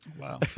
Wow